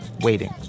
waiting